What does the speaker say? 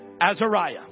Azariah